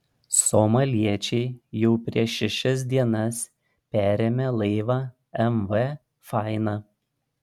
somaliečiai jau prieš šešias dienas perėmė laivą mv faina